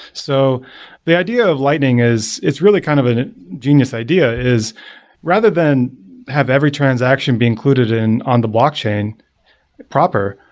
so the idea of lighting is it's really kind of an genius idea is rather than have every transaction be included on the blockchain proper,